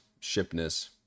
shipness